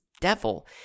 devil